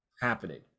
happening